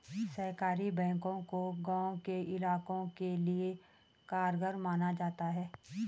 सहकारी बैंकों को गांव के इलाकों के लिये कारगर माना जाता है